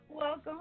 welcome